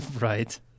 right